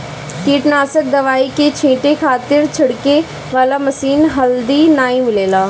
कीटनाशक दवाई के छींटे खातिर छिड़के वाला मशीन हाल्दी नाइ मिलेला